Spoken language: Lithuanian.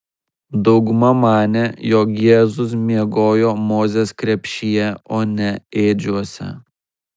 dauguma manė jog jėzus miegojo mozės krepšyje o ne ėdžiose